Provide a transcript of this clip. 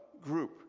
group